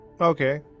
Okay